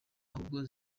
ahubwo